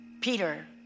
Peter